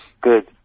Good